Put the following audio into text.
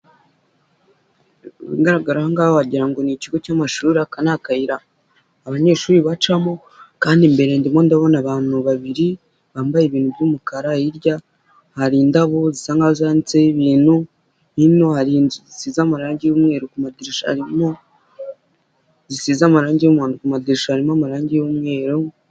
Bigaragara aho ngaho wagirango ni ikigo cy'amashuri aka akayira abanyeshuri bacamo kandi mbere ndimo ndabona abantu babiri bambaye ibintu by'umukara, hirya hari indabo zisa nkaho zanditseho ibintu bino hari inzu z amarangimweru ku madirisha arimo zisize amarangi y'umuntu ku madesha harimo amarangi y'umweru.